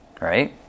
right